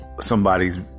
somebody's